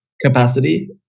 capacity